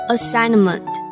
Assignment